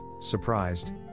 surprised